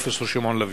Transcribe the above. פרופסור שמעון לביא.